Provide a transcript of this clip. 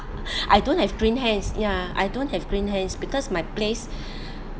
I don't have green hands ya I don't have green hands because my place